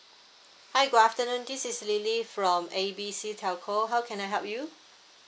hi good afternoon this is lily from A B C telco how can I help you